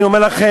אני אומר לכם,